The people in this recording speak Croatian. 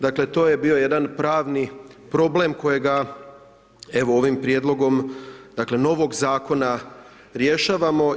Dakle to je bio jedan pravni problem kojega evo ovim prijedlogom dakle novog zakona rješavamo.